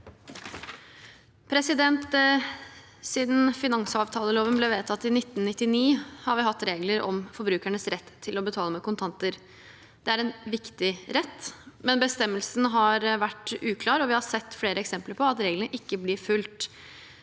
Siden finansav- taleloven ble vedtatt i 1999, har vi hatt regler om forbrukernes rett til å betale med kontanter. Det er en viktig rett, men bestemmelsen har vært uklar, og vi har sett flere eksempler på at reglene ikke blir fulgt.